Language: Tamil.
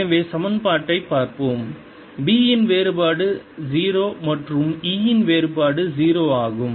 எனவே சமன்பாட்டைப் பார்ப்போம் B இன் வேறுபாடு 0 மற்றும் E இன் வேறுபாடு 0 ஆகும்